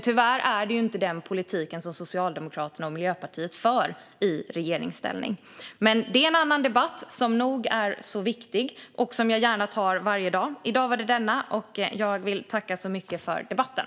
Tyvärr är det ju inte denna politik som Socialdemokraterna och Miljöpartiet för i regeringsställning. Men det är en annan debatt, som är nog så viktig och som jag gärna tar varje dag. Jag vill tacka så mycket för debatten.